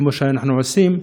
כמו שאנחנו עושים,